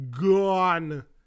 Gone